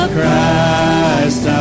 Christ